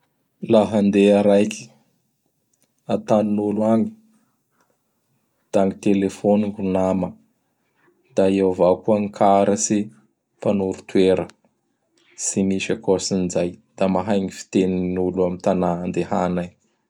Laha handea raiky atanin'olo agny da ny telefony gn ny nama. Da eo avao koa gny karatsy mpanoro toera. Tsy misy ankoatsin'izay. Da mahay gny fitenin'olo am tana andehana igny.